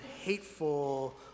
hateful